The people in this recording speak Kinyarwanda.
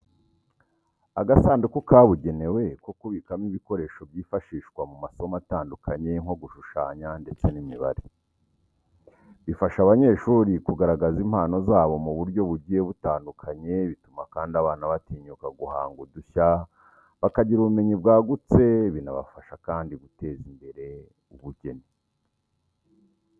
Agasanduku kabugenewe ko kubikamo ibikoresho byifashishwa mu masomo atandukanye nko gushushanya ndetse n'imibare. Bifasha abanyeshuri kugaragaza impano zabo mu buryo bugiye butandukanye, bituma kandi abana batinyuka guhanga udushya, bakagira ubumenyi bwagutse, binabafasha kandi guteza imbere ubugeni.